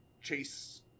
chase